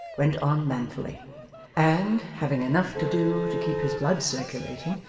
went on manfully and, having enough to do to keep his blood circulating,